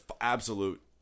absolute